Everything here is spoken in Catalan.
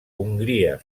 hongria